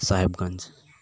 ᱥᱟᱦᱮᱱᱜᱚᱸᱡᱽ